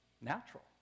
natural